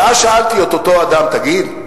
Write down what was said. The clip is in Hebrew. ואז שאלתי את אותו אדם: תגיד,